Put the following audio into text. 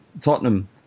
Tottenham